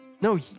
No